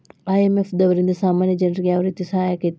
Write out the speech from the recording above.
IMF ದವ್ರಿಂದಾ ಸಾಮಾನ್ಯ ಜನ್ರಿಗೆ ಯಾವ್ರೇತಿ ಸಹಾಯಾಕ್ಕತಿ?